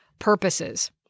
purposes